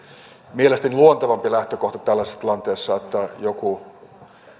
mielestäni luontevampi lähtökohta tällaisessa tilanteessa että joku